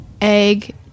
egg